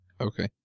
Okay